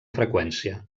freqüència